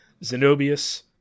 Zenobius